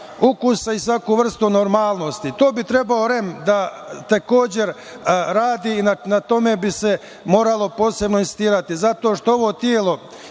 ukusa i svaku vrstu normalnosti. To bi trebao REM takođe da radi i na tome bi se moralo posebno insistirati zato što ovo telo